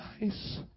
nice